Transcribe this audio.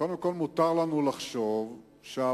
קודם כול מותר לנו לחשוב שהבג"ץ,